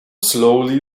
slowly